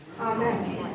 Amen